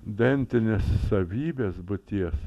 dentinės savybės būties